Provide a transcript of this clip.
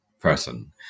person